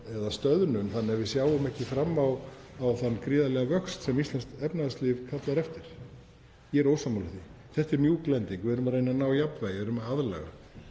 eða stöðnun þannig að við sjáum ekki fram á þann gríðarlega vöxt sem íslenskt efnahagslíf kallar eftir? Ég er ósammála því. Þetta er mjúk lending. Við erum að reyna að ná jafnvægi, við erum að aðlaga.